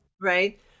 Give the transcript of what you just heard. Right